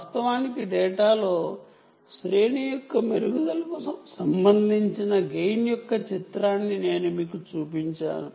వాస్తవానికి డేటాలో రేంజ్ యొక్క మెరుగుదలకు సంబంధించిన గెయిన్ యొక్క చిత్రాన్ని నేను మీకు చూపించాను